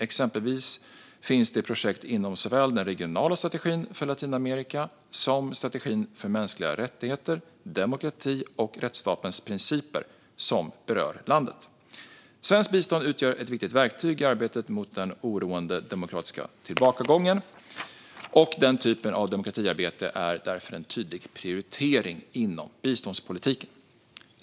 Exempelvis finns det projekt inom såväl den regionala strategin för Latinamerika som strategin för mänskliga rättigheter, demokrati och rättsstatens principer som berör landet. Svenskt bistånd utgör ett viktigt verktyg i arbetet mot den oroande demokratiska tillbakagången, och den typen av demokratiarbete är därför en tydlig prioritering inom biståndspolitiken.